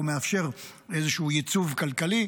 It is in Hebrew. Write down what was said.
הוא מאפשר איזשהו ייצוב כלכלי.